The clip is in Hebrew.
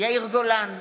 יאיר גולן,